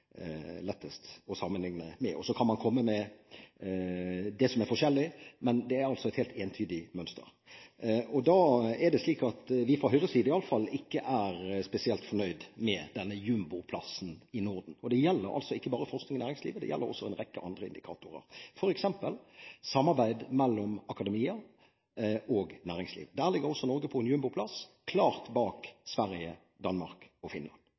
lettest å sammenlikne med. Så kan man komme med det som er forskjellig, men det er altså et helt entydig mønster. I Høyre er vi ikke spesielt fornøyd med denne jumboplassen i Norden. Det gjelder altså ikke bare forskning i næringslivet. Det gjelder en rekke andre indikatorer, f.eks. samarbeid mellom akademia og næringsliv. Der ligger Norge også på jumboplass, klart bak Sverige, Danmark og Finland.